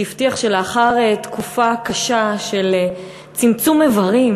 שהבטיח שלאחר תקופה קשה של צמצום איברים,